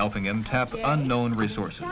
helping him tap unknown resources